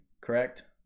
correct